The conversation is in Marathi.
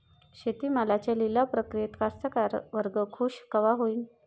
शेती मालाच्या लिलाव प्रक्रियेत कास्तकार वर्ग खूष कवा होईन?